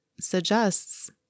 suggests